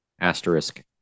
asterisk